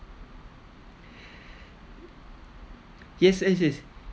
yes yes yes